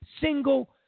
single